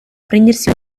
prendersi